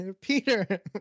peter